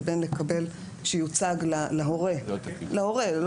לבין שתוצג להורה לא